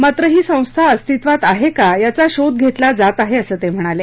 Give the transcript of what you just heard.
मात्र ही संस्था अस्तित्वात आहे का याचा शोध घेतला जात आहे असं ते म्हणाले